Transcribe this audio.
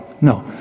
no